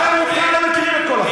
אתם רובכם לא מכירים את כל החוק.